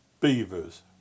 beavers